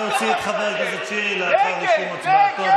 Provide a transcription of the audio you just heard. נא להוציא את חבר הכנסת שירי לאחר רישום הצבעתו,